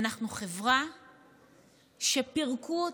אנחנו חברה שפירקו אותה.